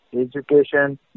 education